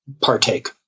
partake